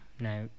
Now